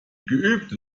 geübte